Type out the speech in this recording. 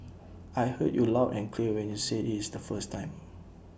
I heard you loud and clear when you said it's the first time